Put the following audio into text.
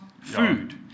food